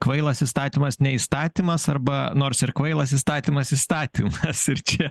kvailas įstatymas ne įstatymas arba nors ir kvailas įstatymas įstatymas ir čia